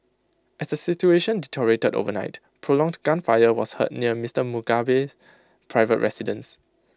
as the situation deteriorated overnight prolonged gunfire was heard near Mister Mugabe's private residence